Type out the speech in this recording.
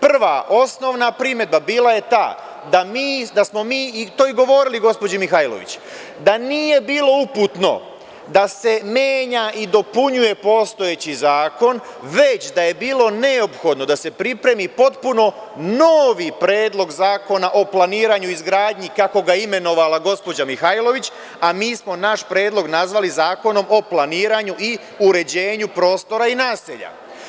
Prva, osnovna primedba bila je ta, a to smo i govorili gospođi Mihajlović, da nije bilo uputno da se menja i dopunjuje postojeći zakon, već da je bilo neophodno da se pripremi potpuno novi Predlog zakona o planiranju i izgradnji, kako ga je imenovala gospođa Mihajlović, a mi smo naš predlog nazvali zakonom o planiranju i uređenju prostora i naselja.